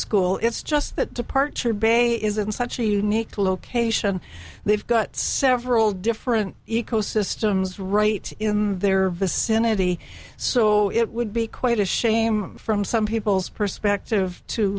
school it's just that departure bay is in such a unique location they've got several different ecosystems right in their vicinity so it would be quite a shame from some people's perspective to